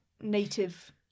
native